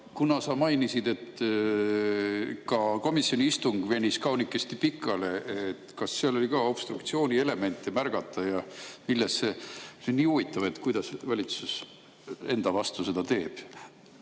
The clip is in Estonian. kuna sa mainisid, et ka komisjoni istung venis kaunikesti pikale, siis kas seal oli ka obstruktsiooni elemente märgata? See on nii huvitav, kuidas valitsus enda vastu seda teeb.